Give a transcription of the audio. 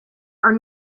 are